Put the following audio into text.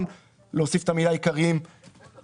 שלום רב, אני פותח את הישיבה.